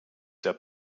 der